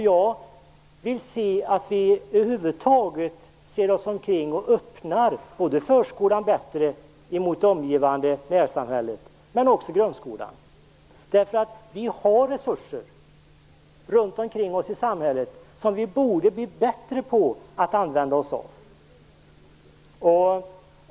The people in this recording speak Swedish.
Jag vill att vi över huvud taget ser oss omkring och öppnar både förskolan och grundskolan bättre mot det omgivande närsamhället. Vi har resurser runt omkring oss i samhället som vi borde bli bättre på att använda oss av.